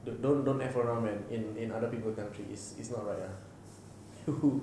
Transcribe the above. don't don't eff around man in in other people countries it's not right lah you